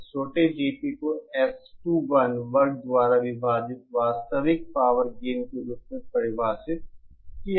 इस छोटे GP को S21 वर्ग द्वारा विभाजित वास्तविक पावर गेन के रूप में परिभाषित किया गया है